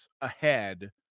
ahead